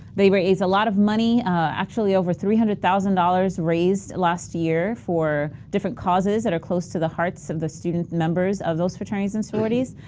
they raise a lot of money actually over three hundred thousand dollars raised last year for different causes that are close to the hearts of the student members of those fraternities and sororities.